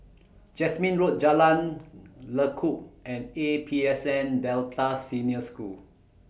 Jasmine Road Jalan Lekub and A P S N Delta Senior School